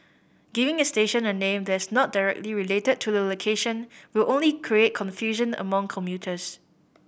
giving a station a name that is not directly related to the location will only create confusion among commuters